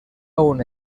una